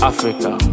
Africa